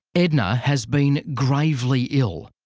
edna has been gravely ill,